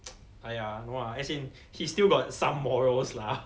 !aiya! no lah as in he still got some morals lah